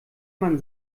man